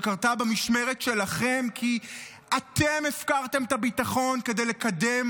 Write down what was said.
שקרתה במשמרת שלכם כי אתם הפקרתם את הביטחון כדי לקדם